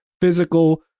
physical